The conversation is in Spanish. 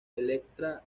elektra